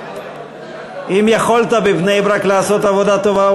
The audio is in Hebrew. אם יכולת בבני-ברק לעשות עבודה טובה,